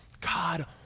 God